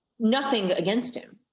nothing against him.